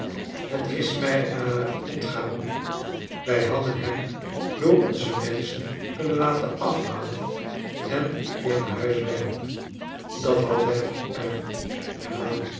het is mij ha ontgaan wij hadden hem door onze menschen kunnetn laten afhalen en weer naar huis brengen dat had hem hm